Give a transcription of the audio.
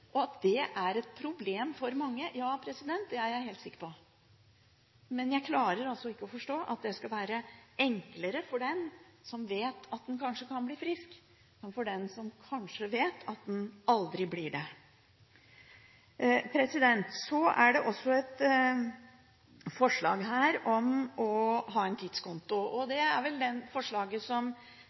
At det er et problem for mange, er jeg helt sikker på. Men jeg klarer ikke å forstå at det skal være enklere for dem som vet at de kanskje kan bli friske, enn for dem som kanskje vet at de aldri blir det. Så er det også fremmet et forslag om å ha en tidskonto. Det er vel det forslaget